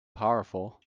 powerful